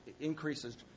increases